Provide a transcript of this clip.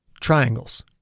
Triangles